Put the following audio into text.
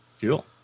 Cool